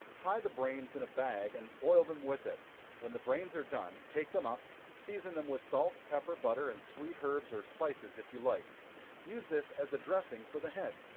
tie the brains in a bag, and boil them with it when the brains are done, take them up, season them with salt, pepper, butter, and sweet herbs, or spices if you like use this as a dressing for the head.